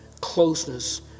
closeness